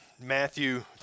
Matthew